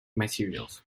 materials